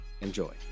Enjoy